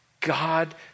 God